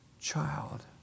child